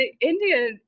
India